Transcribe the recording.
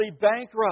bankrupt